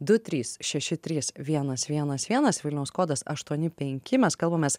du trys šeši trys vienas vienas vienas vilniaus kodas aštuoni penki mes kalbamės